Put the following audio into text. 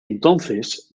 entonces